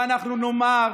ואנחנו נאמר,